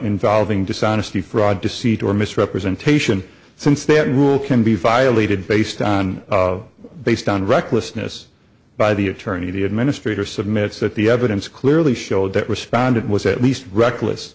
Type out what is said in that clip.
involving dishonesty fraud deceit or misrepresentation some standard rule can be violated based on of based on recklessness by the attorney the administrator submits that the evidence clearly showed that respondent was at least reckless